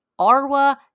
Arwa